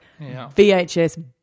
VHS